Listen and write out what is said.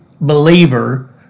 believer